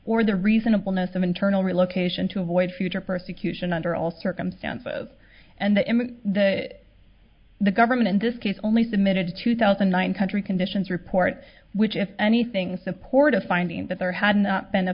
or the reasonableness of internal relocation to avoid future persecution under all circumstances and the government in this case only submitted two thousand one country conditions report which if anything support a finding that there had not been a